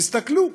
תסתכלו,